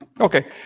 Okay